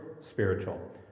spiritual